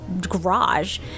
garage